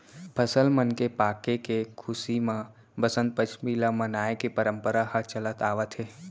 फसल मन के पाके के खुसी म बसंत पंचमी ल मनाए के परंपरा ह चलत आवत हे